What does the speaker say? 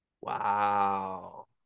Wow